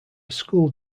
school